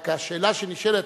רק השאלה שנשאלת,